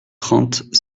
trente